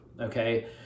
okay